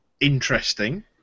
interesting